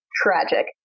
tragic